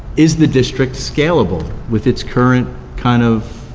is the district scalable with its current kind of